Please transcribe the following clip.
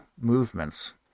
movements